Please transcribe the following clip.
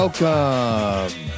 Welcome